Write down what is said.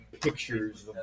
pictures